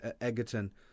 Egerton